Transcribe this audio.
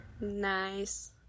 Nice